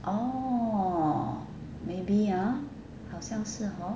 orh maybe ah 好像是 hor